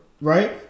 Right